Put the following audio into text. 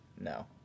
No